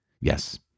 yes